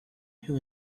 who